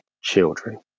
children